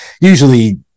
usually